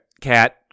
Cat